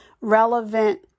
relevant